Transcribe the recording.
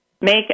make